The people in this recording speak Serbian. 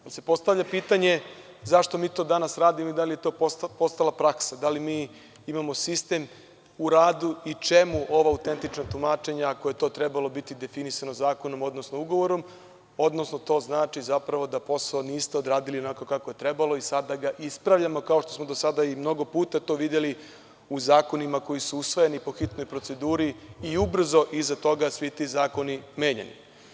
Pa se postavlja pitanje – zašto mi to danas radimo, da li je to postala praksa, da li mi imamo sistem u radu i čemu ovo autentično tumačenje, ako je to trebalo biti definisano zakonom odnosno ugovorom, odnosno to zapravo znači da posao niste odradili onako kako je trebalo i sada ga ispravljamo kao što smo do sada i mnogo puta to videli u zakonima koji su usvojeni po hitnoj proceduri i ubrzo iza toga svi ti zakoni menjani.